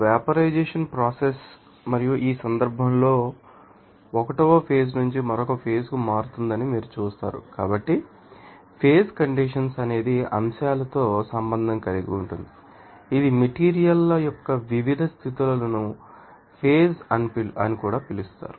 మరియు vaporization process మరియు ఈ సందర్భంలో ఆ పేజీ 1 ఫేజ్ నుండి మరొక ఫేజ్ కు మారుతుందని మీరు చూస్తారు కాబట్టి యొక్క ఫేజ్ కండెన్సషన్ అనేది అంశాలతో సంబంధం కలిగి ఉంటుంది ఇది మెటీరియల్ ల యొక్క వివిధ స్థితులను ఫేజ్ అని కూడా పిలుస్తారు